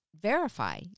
verify